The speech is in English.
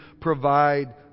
provide